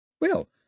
Well